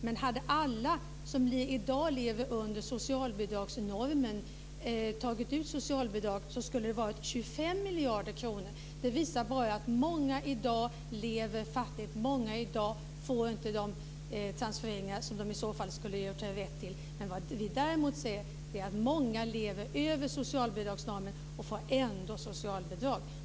Men hade alla som i dag lever under socialbidragsnormen tagit ut socialbidrag skulle det ha varit 25 miljarder kronor. Det visar att många i dag lever fattigt och inte får de transfereringar som de har rätt till. Vad vi också ser är att många lever över socialbidragsnormen och ändå får socialbidrag.